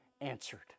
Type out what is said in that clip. answered